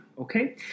Okay